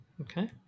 Okay